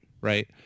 right